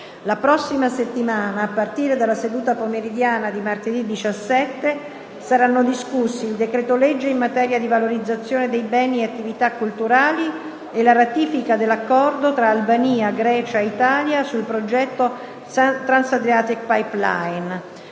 La prossima settimana, a partire dalla seduta pomeridiana di martedì 17, saranno discussi il decreto-legge in materia di valorizzazione dei beni e attività culturali e la ratifica dell'Accordo tra Albania, Grecia e Italia sul progetto «Trans Adriatic Pipeline».